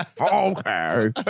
Okay